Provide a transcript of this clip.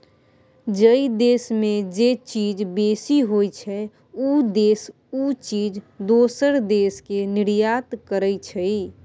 जइ देस में जे चीज बेसी होइ छइ, उ देस उ चीज दोसर देस के निर्यात करइ छइ